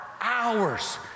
hours